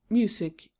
music,